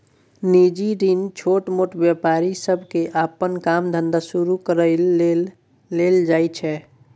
निजी ऋण छोटमोट व्यापारी सबके अप्पन काम धंधा शुरू करइ लेल लेल जाइ छै